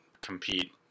compete